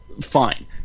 fine